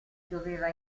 doveva